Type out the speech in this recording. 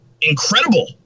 incredible